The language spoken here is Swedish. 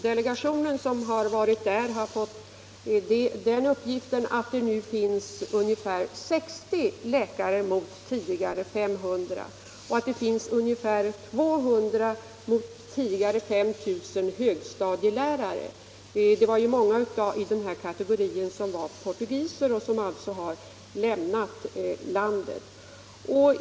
Delegationen som varit där har fått den uppgiften att det nu finns ungefär 60 läkare mot tidigare 500 och ungefär 200 högstadielärare mot tidigare 5 000. Många i de här kategorierna var ju portugiser och har nu lämnat landet.